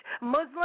Muslim